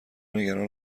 نگران